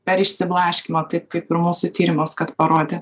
per išsiblaškymą taip kaip ir mūsų tyrimas kad parodė